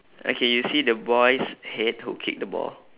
okay you see the boy's head who kick the ball